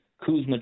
Kuzma